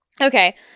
Okay